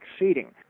exceeding